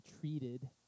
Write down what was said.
treated